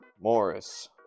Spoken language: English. Morris